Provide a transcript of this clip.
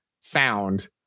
sound